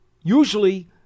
usually